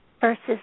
versus